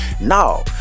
No